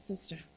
sister